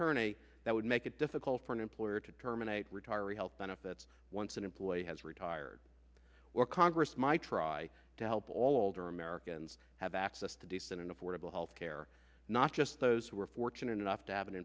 turner a that would make it difficult for an employer to terminate retiree health benefits once an employee has retired or congress might try to help all older americans have access to decent and affordable health care not just those who are fortunate enough to have an